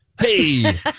hey